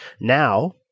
Now